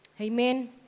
Amen